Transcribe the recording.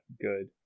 good